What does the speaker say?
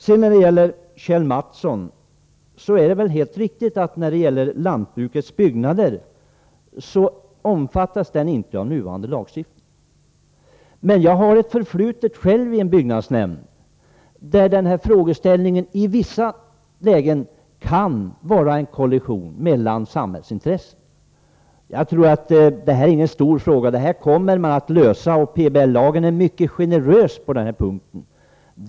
Till Kjell Mattsson vill jag säga att det väl är helt riktigt att lantbrukets byggnader inte omfattas av nuvarande lagstiftning. Jag har själv ett förflutet i en byggnadsnämnd. Den här frågeställningen kan i vissa lägen innebära att det blir en kollision mellan olika samhällsintressen. Jag tror inte att detta är någon stor fråga. Det här kommer man att lösa. PBL-lagen är mycket generös på den här punkten.